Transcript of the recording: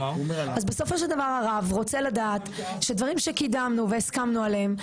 אז בסופו של דבר הרב רוצה לדעת שדברים שקידמנו והסכמנו עליהם,